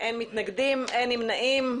אין מתנגדים, אין נמנעים.